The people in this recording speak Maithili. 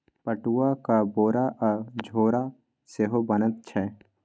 पटुआक बोरा आ झोरा सेहो बनैत छै